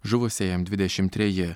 žuvusiajam dvidešim treji